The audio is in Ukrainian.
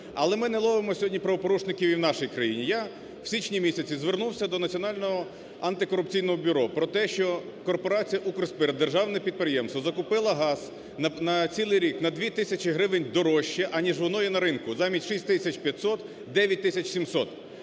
Але ми не ловимо сьогодні правопорушників і в нашій країні. Я в січні місяці звернувся до Національного антикорупційного бюро про те, що корпорація "Укрспирт" державне підприємство закупило газ на цілий рік на 2 тисячі гривень дорожче, аніж воно є на ринку, замість 6 тисяч 500 – 9 тисяч 700.